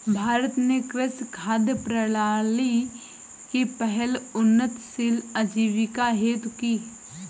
भारत ने कृषि खाद्य प्रणाली की पहल उन्नतशील आजीविका हेतु की